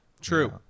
True